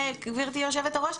גברתי היו"ר,